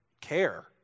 care